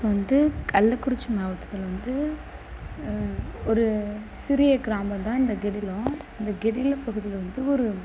இப்போது வந்து கள்ளக்குறிச்சி மாவட்டத்தில் வந்து ஒரு சிறிய கிராமந்தான் இந்த கெடிலோன் இந்த கெடில பகுதியில வந்து ஒரு